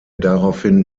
daraufhin